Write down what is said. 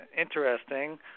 Interesting